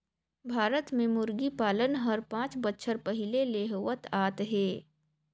भारत में मुरगी पालन हर पांच बच्छर पहिले ले होवत आत हे